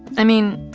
i mean,